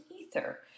ether